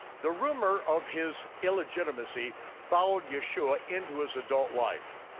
the rumor of his illegitimacy followed yeshua into his adult life.